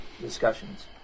discussions